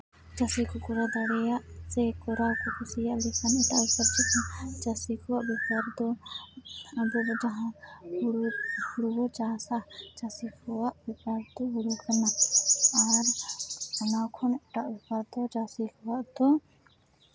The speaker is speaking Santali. ᱪᱟᱹᱥᱤ ᱠᱚ ᱠᱚᱨᱟᱣ ᱫᱟᱲᱮᱭᱟᱜ ᱥᱮ ᱠᱚᱨᱟᱣ ᱠᱚ ᱢᱠᱩᱥᱤᱭᱟᱜ ᱞᱮᱠᱟᱱ ᱪᱟᱹᱥᱤ ᱠᱚᱣᱟᱜ ᱵᱮᱯᱟᱨ ᱫᱚ ᱟᱵᱚ ᱫᱚ ᱡᱟᱦᱟᱸ ᱦᱩᱲᱩ ᱵᱚ ᱪᱟᱥᱼᱟ ᱪᱟᱹᱥᱤ ᱠᱚᱣᱟᱜ ᱦᱩᱲᱩ ᱠᱟᱱᱟ ᱟᱨ ᱚᱱᱟ ᱠᱷᱚᱱ ᱮᱴᱟᱜ ᱵᱮᱯᱟᱨ ᱫᱚ ᱪᱟᱹᱥᱤ ᱠᱚᱣᱟᱜ ᱫᱚ